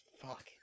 Fuck